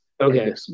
Okay